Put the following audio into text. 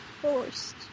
Forced